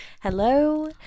Hello